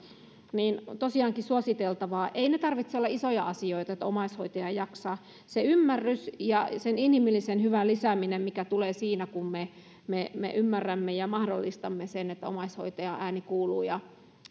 on tosiaankin suositeltavaa ei niiden tarvitse olla isoja asioita että omaishoitaja jaksaa se ymmärrys ja sen inhimillisen hyvän lisääminen mikä tulee siinä kun me me ymmärrämme ja mahdollistamme sen että omaishoitajan ääni kuuluu ja